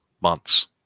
months